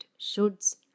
shoulds